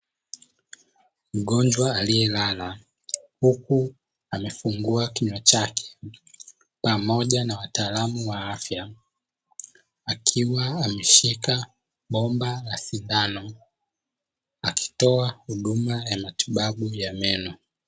Mgonjwa aliyelala huku amefungua kinywa chake, pamoja na wataalamu wa afya, akiwa ameshika bomba la sindano akitoa huduma ya matibabu ya meno.